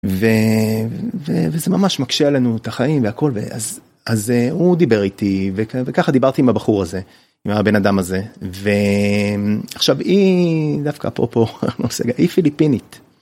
וזה ממש מקשה לנו את החיים והכל ואז, אז הוא דיבר איתי וככה דיברתי עם הבחור הזה. הבן אדם הזה ועכשיו היא דווקא פה פה היא, פיליפינית.